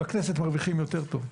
בכנסת מרוויחים יותר טוב,